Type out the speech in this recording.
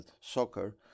soccer